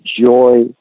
joy